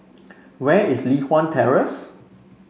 where is Li Hwan Terrace